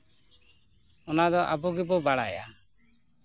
ᱚᱱᱟ ᱫᱚ ᱟᱵᱚᱜᱮᱵᱚ ᱵᱟᱲᱟᱭᱟ